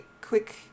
quick